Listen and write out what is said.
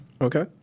Okay